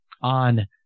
on